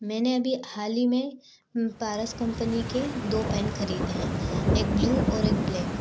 मैंने अभी हाल ही में पारस कम्पनी के दो पेन खरीदे हैं एक ब्लू और एक ब्लैक